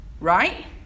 right